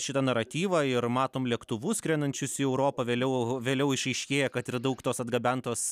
šitą naratyvą ir matom lėktuvus skrendančius į europą vėliau vėliau išryškėja kad yra daug tos atgabentos